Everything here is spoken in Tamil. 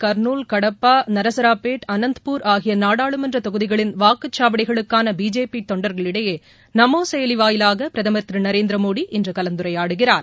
கர்னூல் கடப்பா நரசபேட் அனந்தபூர் ஆகிய நாடாளுமன்ற தொகுதிகளின் வாக்குச்சாவடிகளுக்கான பிஜேபி தொண்டர்களிடையே நமோ செயலி வாயிலாக பிரதமர் திரு நரேந்திர மோடி இன்று கலந்துரையாடுகிறார்